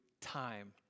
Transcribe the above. time